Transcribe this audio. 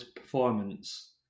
performance